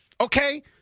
Okay